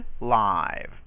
live